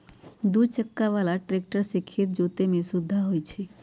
दू चक्का बला ट्रैक्टर से खेत जोतय में सुविधा होई छै